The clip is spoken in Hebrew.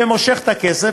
ומושך את הכסף,